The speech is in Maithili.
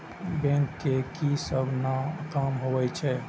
बैंक के की सब काम होवे छे?